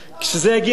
כשזה יגיע אני,